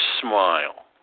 smile